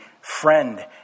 friend